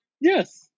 Yes